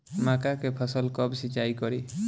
मका के फ़सल कब सिंचाई करी?